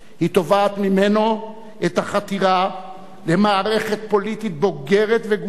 היא תובעת ממנו את החתירה למערכת פוליטית בוגרת וגושית.